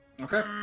Okay